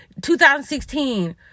2016